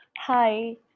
Hi